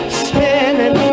spinning